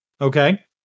Okay